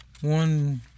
One